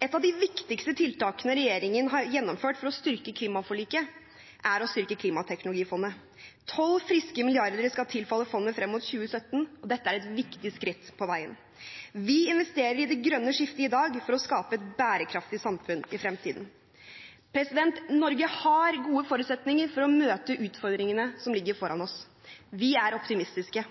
Et av de viktigste tiltakene regjeringen har gjennomført for å styrke klimaforliket, er å styrke klimateknologifondet. Tolv friske milliarder skal tilfalle fondet frem mot 2017, og dette er et viktig skritt på veien. Vi investerer i det grønne skiftet i dag – for å skape et bærekraftig samfunn i fremtiden. Norge har gode forutsetninger for å møte utfordringene som ligger foran oss. Vi er optimistiske.